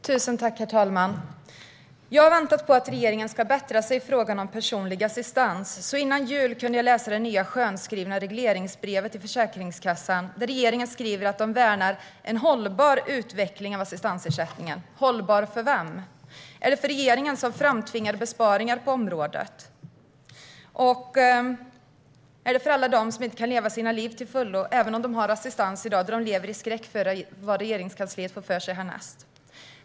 Herr talman! Jag har väntat på att regeringen ska bättra sig i frågan om personlig assistans. Före jul kunde jag läsa det nya skönskrivna regleringsbrevet till Försäkringskassan, där regeringen skriver att man värnar en hållbar utveckling av assistansersättningen. Hållbar för vem? Är det för regeringen, som framtvingar besparingar på området? Är det för alla dem som inte kan leva sina liv till fullo även om de har assistans i dag, då de lever i skräck för vad Regeringskansliet ska få för sig härnäst?